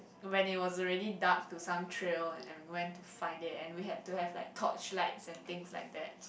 when it was already dark to some trail and we went to find it and we have to have like torchlights and things like that